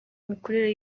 mikurire